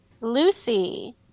Lucy